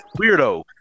weirdo